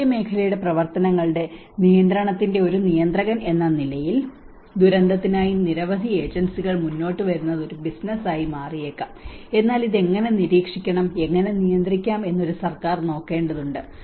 സ്വകാര്യമേഖലയുടെ പ്രവർത്തനങ്ങളുടെ നിയന്ത്രണത്തിന്റെ ഒരു നിയന്ത്രകൻ എന്ന നിലയിൽ ദുരന്തത്തിനായി നിരവധി ഏജൻസികൾ മുന്നോട്ടുവരുന്നത് ഒരു ബിസിനസ്സായി മാറിയേക്കാം എന്നാൽ ഇത് എങ്ങനെ നിരീക്ഷിക്കണം എങ്ങനെ നിയന്ത്രിക്കാം എന്ന് ഒരു സർക്കാർ നോക്കേണ്ടതുണ്ട്